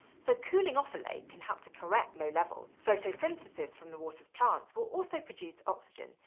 so cooling off a lake can help to correct low levels. photosynthesis from the water's plants will also produce oxygen,